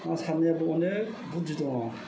ना सारनायाबो अनेख बुददि दङ